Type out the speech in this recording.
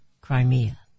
Crimea